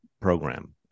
program